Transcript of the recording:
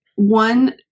one